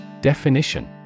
Definition